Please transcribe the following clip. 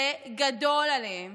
זה גדול עליהם